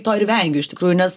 to ir vengiu iš tikrųjų nes